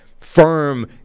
firm